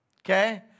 Okay